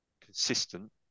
consistent